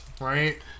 right